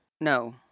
No